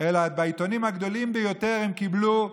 אלא בעיתונים הגדולים ביותר הם קיבלו עמודים,